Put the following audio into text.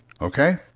Okay